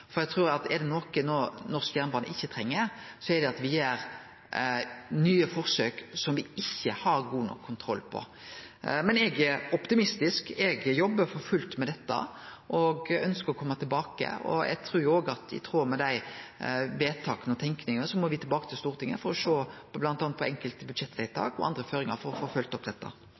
for er det noko norsk jernbane ikkje treng, så er det at me gjer nye forsøk som me ikkje har god nok kontroll på. Men eg er optimistisk. Eg jobbar for fullt med dette, og eg ønskjer å kome tilbake. Eg trur òg at i tråd med dei vedtaka og den tenkinga, må me tilbake til Stortinget for å sjå bl.a. på enkelte budsjettvedtak og andre føringar for få følgt opp dette.